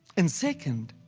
and second,